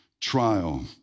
trial